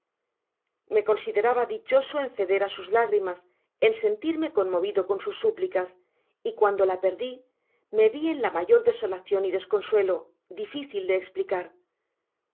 me consideraba dichoso en ceder á sus lágrimas en sentirme conmovido con sus súplicas y cuando la perdi me vi en la mayor desolacion y desconsuelo difícil de esplicar